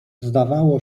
zdawało